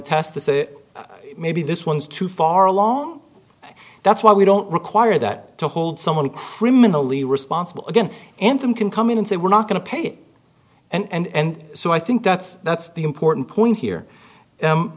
test to say maybe this one is too far along and that's why we don't require that to hold someone criminally responsible again and some can come in and say we're not going to pay it and so i think that's that's the important point here